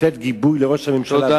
לתת גיבוי לראש הממשלה.